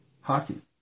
hockey